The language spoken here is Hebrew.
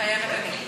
מתחייבת אני